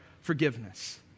forgiveness